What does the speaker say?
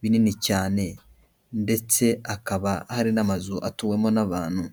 binini cyane ndetse hakaba hari n'amazu atuwemo n'abantu.